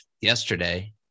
yesterday